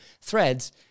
Threads